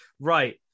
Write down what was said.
Right